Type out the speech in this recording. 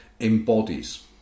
embodies